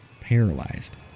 paralyzed